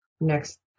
next